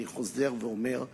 אני חוזר ואומר,